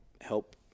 help